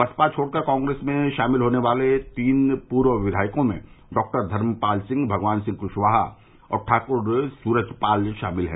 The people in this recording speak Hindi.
बसपा छोड़कर कांग्रेस में शामिल होने वाले तीन पूर्व विधायकों में डाक्टर धर्मपाल सिंह भगवान सिंह क्शवाहा और ठाक्र सुरजपाल शामिल हैं